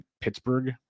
Pittsburgh